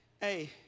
hey